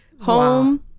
home